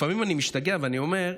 לפעמים אני משתגע ואומר: